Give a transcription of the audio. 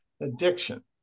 addiction